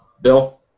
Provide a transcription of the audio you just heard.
Bill